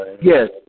Yes